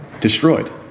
destroyed